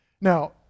Now